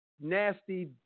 nasty